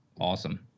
awesome